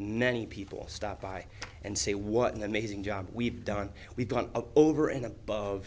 ninety people stop by and say what an amazing job we've done we've got over and above